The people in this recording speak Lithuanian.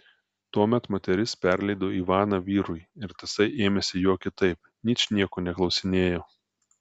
tuomet moteris perleido ivaną vyrui ir tasai ėmėsi jo kitaip ničnieko neklausinėjo